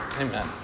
Amen